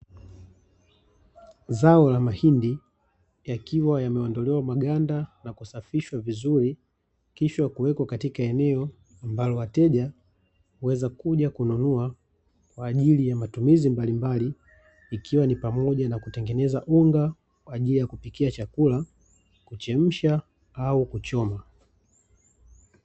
Zao la mahindi yakiwa yameondolewa maganda na kusafishwa vizuri, kisha kuwekwa katika eneo ambalo wateja huweza kuja kununua, kwa ajili ya matumizi mbalimbali, ikiwa ni pamoja na: kutengeneza unga kwa ajili ya kupikia chakula, kuchemsha au kuchoma.